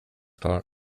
klar